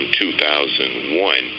2001